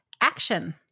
action